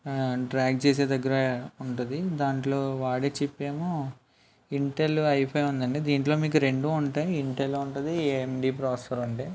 drag చేసే దగ్గర ఉంటుంది దాంట్లో వాడే చిప్ ఏమో ఇంటెల్ ఐ ఫైవ్ ఉందండి దీంట్లో మీకు రెండు ఉంటాయి ఇంటెల్ ఉంటుంది ఏఎండి ప్రాసెసర్ ఉంది